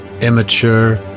immature